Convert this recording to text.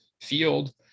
field